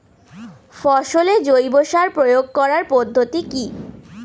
ফসলে জৈব সার প্রয়োগ করার পদ্ধতি কি?